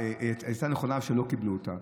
הייתה נכונה ולא קיבלו אותה.